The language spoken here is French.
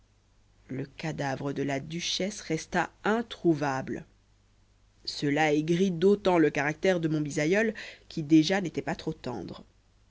le cadavre de la duchesse resta introuvable cela aigrit d'autant le caractère de bisaïeul qui déjà n'était pas trop tendre